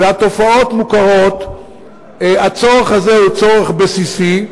והתופעות מוכרות, הצורך הזה הוא צורך בסיסי.